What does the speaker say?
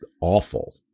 awful